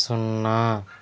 సున్నా